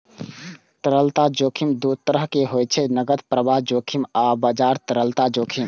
तरलता जोखिम दू तरहक होइ छै, नकद प्रवाह जोखिम आ बाजार तरलता जोखिम